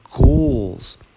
goals